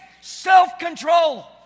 self-control